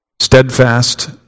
steadfast